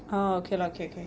orh okay lah okay okay